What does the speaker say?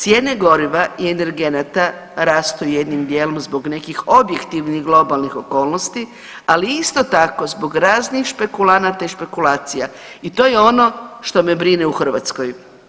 Cijene goriva i energenata rastu jednim dijelom zbog nekih objektivnih globalnih okolnosti, ali isto tako, zbog raznih špekulanata i špekulacija i to je ono što me brine u Hrvatskoj.